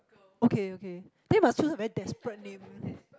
okay okay then must suit her very desperate name